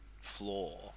floor